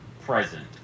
present